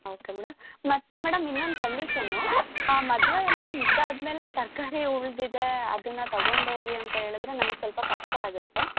okay madam ಮತ್ತೆ madam ಇನ್ನೊಂದು condition ಆ ಮದುವೆ ಎಲ್ಲ ಮುಗಿದಾದ್ಮೇಲೆ ತರಕಾರಿ ಉಳ್ದಿದೆ ಅದನ್ನು ತಗೊಂಡೋಗಿ ಅಂತ ಹೇಳದ್ರೆ ನಮಗ್ ಸ್ವಲ್ಪ ಕಷ್ಟ ಆಗುತ್ತೆ